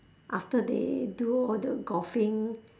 after they do all the golfing